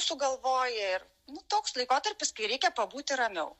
sugalvoja ir toks laikotarpis kai reikia pabūti ramiau